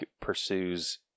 pursues